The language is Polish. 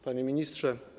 Panie Ministrze!